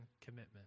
commitment